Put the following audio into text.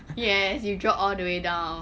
yes you drop all the way down